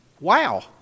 Wow